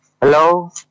Hello